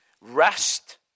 rest